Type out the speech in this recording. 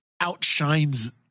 outshines